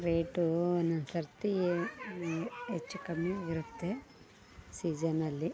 ರೇಟೂ ಒನ್ನೊಂದು ಸರ್ತಿ ಹೆಚ್ಚು ಕಮ್ಮಿ ಇರುತ್ತೆ ಸೀಸನ್ ಅಲ್ಲಿ